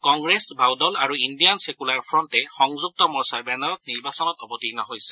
কংগ্ৰেছ বাওদল আৰু Indian secular ফণ্টে সংযুক্ত মৰ্চাৰ বেনাৰত নিৰ্বাচনত অৱতীৰ্ণ হৈছে